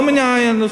לא בנושא.